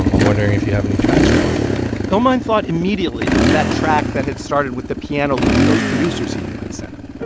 i'm um wondering if you have any tracks for him illmind thought immediately of that track that had started with the piano loop those producers he knew had sent them but